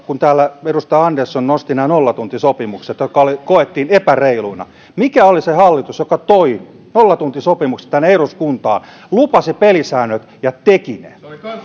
kun täällä edustaja andersson nosti nämä nollatuntisopimukset jotka koettiin epäreiluina niin mikä oli se hallitus joka toi nollatuntisopimukset tänne eduskuntaan lupasi pelisäännöt ja teki ne